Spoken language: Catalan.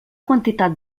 quantitat